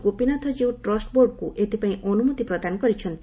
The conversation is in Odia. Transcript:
ଗୋପୀନାଥକୀଉ ଟ୍ରଷ୍ଟବୋର୍ଡକୁ ଏଥପାଇଁ ଅନୁମତି ପ୍ରଦାନ କରିଛନ୍ତି